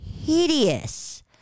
hideous